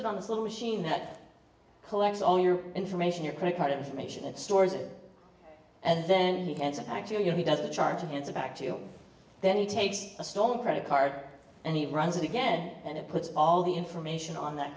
it on this little machine that collects all your information your credit card information and stores it and then he can actually you know he doesn't charge to answer back to you then he takes a stolen credit card and he runs it again and it puts all the information on that